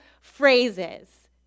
phrases